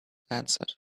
answered